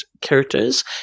characters